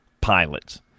pilots